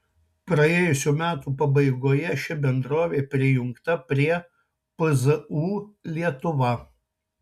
praėjusių metų pabaigoje ši bendrovė prijungta prie pzu lietuva